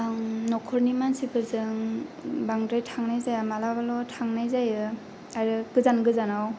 आं न'खरनि मानसिफोरजों बांद्राय थांनाय जाया माब्लाबा माब्लाबा थांनाय जायो आरो गोजान गोजानाव